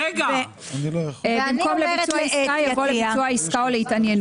אני יודעת כי שיש לי שלושה תינוקות.